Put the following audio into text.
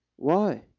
why?